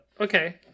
okay